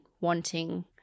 wanting